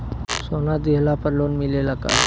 सोना दिहला पर लोन मिलेला का?